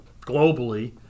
globally